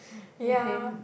ya